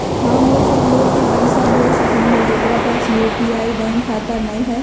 हम उ सब लोग के पैसा भेज सकली ह जेकरा पास यू.पी.आई बैंक खाता न हई?